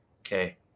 Okay